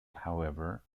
however